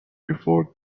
before